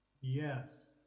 yes